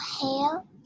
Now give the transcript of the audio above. hail